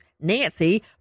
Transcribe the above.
Nancy